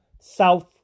South